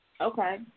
Okay